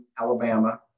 Alabama